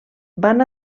van